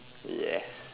ya